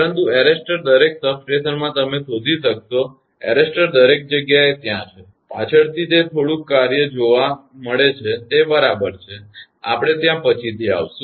પરંતુ એરેસ્ટર દરેક સબસ્ટેશનમાં તમે શોધી શકશો એરેસ્ટર દરેક જગ્યાએ ત્યાં છે પાછળથી તે થોડુંક કાર્ય જોવા મળે છે જે તે બરાબર છે આપણે ત્યાં પછીથી આવીશું